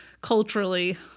culturally